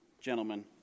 gentlemen